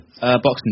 Boxing